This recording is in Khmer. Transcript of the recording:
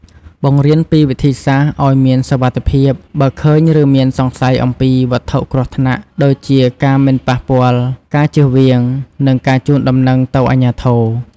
បង្រៀនពីវិធីសាស្ត្រឲ្យមានសុវត្ថិភាព បើឃើញឬមានសង្ស័យអំពីវត្ថុគ្រោះថ្នាក់ ដូចជាការមិនប៉ះពាល់ ការជៀសវាង និងការជូនដំណឹងទៅអាជ្ញាធរ។